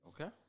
Okay